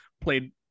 played